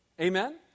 Amen